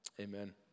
Amen